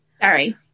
Sorry